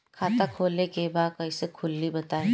खाता खोले के बा कईसे खुली बताई?